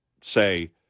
say